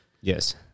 Yes